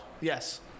Yes